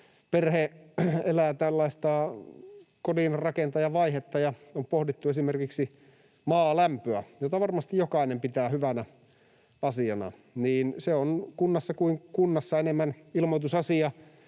perhe elää tällaista kodinrakentajavaihetta ja on pohdittu esimerkiksi maalämpöä, jota varmasti jokainen pitää hyvänä asiana. Se on kunnassa kuin kunnassa enemmän ilmoitusasia